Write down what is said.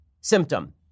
symptom